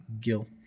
Gil